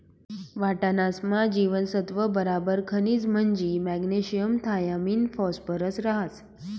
वाटाणासमा जीवनसत्त्व बराबर खनिज म्हंजी मॅग्नेशियम थायामिन फॉस्फरस रहास